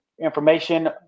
information